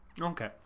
Okay